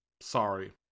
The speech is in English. Sorry